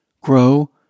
grow